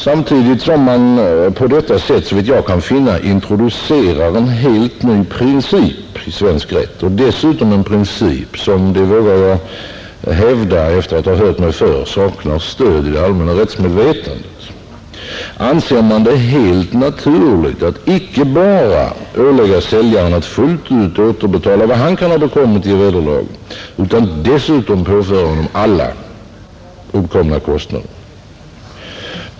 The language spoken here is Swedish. Samtidigt som man på detta sätt, såvitt jag kan finna, introducerar en helt ny princip i svensk rätt och dessutom en princip som — det vågar jag hävda efter att ha hört mig för — saknar stöd i det allmänna rättsmedvetandet, anser man det helt naturligt att icke bara ålägga säljaren att fullt ut återbetala vad han kan ha bekommit i vederlag utan dessutom påföra honom alla uppkomna kostnader.